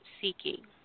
seeking